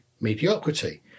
mediocrity